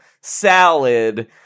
salad